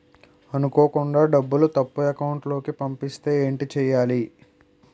అనుకోకుండా డబ్బులు తప్పు అకౌంట్ కి పంపిస్తే ఏంటి చెయ్యాలి?